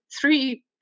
three